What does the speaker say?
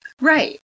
right